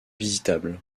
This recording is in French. visitable